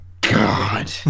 God